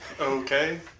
Okay